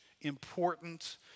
important